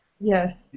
Yes